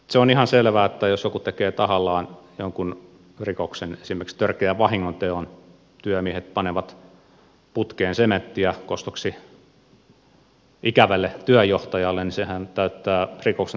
se on ihan selvää että jos joku tekee tahallaan jonkin rikoksen esimerkiksi törkeän vahingonteon työmiehet panevat putkeen sementtiä kostoksi ikävälle työnjohtajalle niin sehän täyttää rikoksen tunnusmerkistön